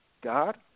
God